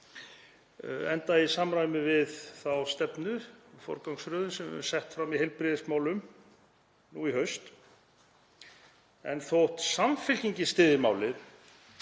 það í samræmi við þá stefnu og forgangsröðun sem við settum fram í heilbrigðismálum nú í haust. En þótt Samfylkingin styðji málið